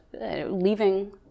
leaving